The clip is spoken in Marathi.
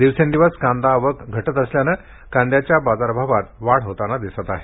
दिवसेंदिवस कांदा आवकेत घट होत असल्याने कांद्याच्या बाजारभावात वाढ होताना दिसत आहे